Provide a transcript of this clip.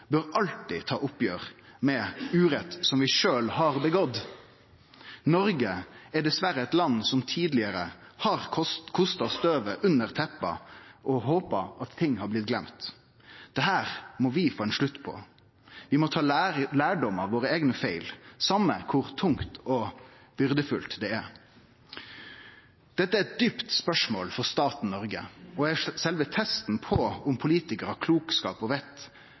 bør alltid ta oppgjer med urett som vi sjølve har gjort oss skyldige i. Noreg er dessverre eit land som tidlegare har kosta støvet under teppet og håpa at ting har blitt gløymde. Det må vi få ein slutt på. Vi må ta lærdom av våre eigne feil, same kor tungt og byrdefullt det er. Dette er eit djupt spørsmål for staten Noreg og sjølve testen på om politikarar har klokskap og